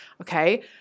Okay